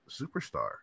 superstar